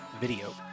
video